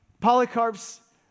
Polycarp's